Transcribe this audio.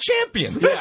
champion